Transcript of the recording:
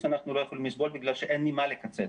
אנחנו לא יכולים לסבול כי אין ממה לקצץ.